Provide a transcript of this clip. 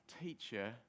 teacher